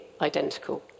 identical